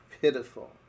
pitiful